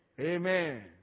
Amen